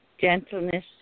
gentleness